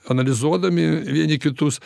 analizuodami vieni kitus